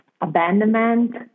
abandonment